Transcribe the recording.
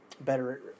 better